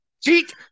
cheat